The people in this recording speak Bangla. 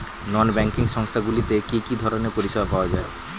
নন ব্যাঙ্কিং সংস্থা গুলিতে কি কি ধরনের পরিসেবা পাওয়া য়ায়?